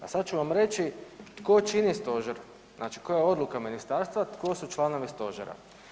A sada ću vam reći tko čini stožer, znači koja je odluka ministarstva, tko su članovi stožera.